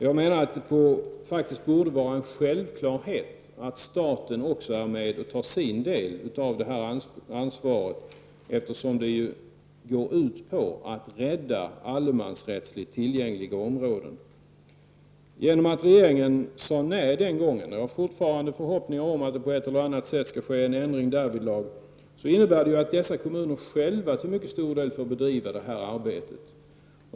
Jag menar att det borde vara en självklarhet att staten tar sin del av ansvaret, eftersom det går ut på att rädda allemansrättsligt tillgängliga områden. Genom att regeringen den gången sade nej — jag har fortfarande förhoppningar om att det på ett eller annat sätt kan ske en ändring därvidlag — får dessa kommuner till mycket stor del själva bedriva det arbetet.